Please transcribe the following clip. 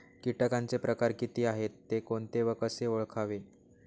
किटकांचे प्रकार किती आहेत, ते कोणते व कसे ओळखावे?